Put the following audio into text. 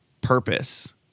purpose